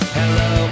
hello